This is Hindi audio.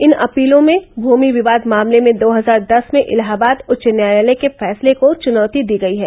इन अपीर्लो में भूमि विवाद मामले में दो हजार दस में इलाहाबाद उच्च न्यायालय के फैसले को चुनौती दी गई है